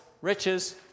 riches